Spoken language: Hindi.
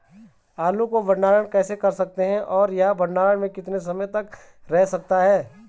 आलू को भंडारण कैसे कर सकते हैं और यह भंडारण में कितने समय तक रह सकता है?